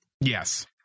Yes